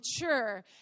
mature